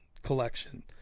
collection